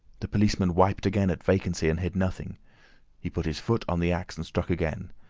the policeman wiped again at vacancy and hit nothing he put his foot on the axe, and struck again.